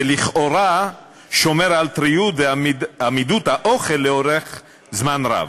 ולכאורה שומר על טריות ועמידות האוכל לאורך זמן רב.